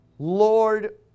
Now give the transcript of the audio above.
Lord